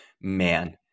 Man